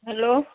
hello